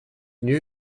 new